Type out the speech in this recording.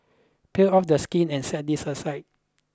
peel off the skin and set this aside